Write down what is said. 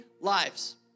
lives